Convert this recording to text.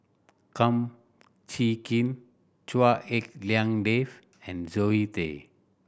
Kum Chee Kin Chua Hak Lien Dave and Zoe Tay